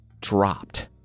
dropped